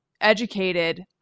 educated